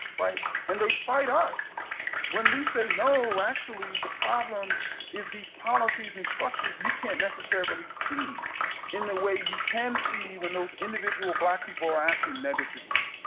right? and they fight us when we say no, actually the problem is these policies and structures you can't necessarily see in the way you can see when those individual black people are acting negatively,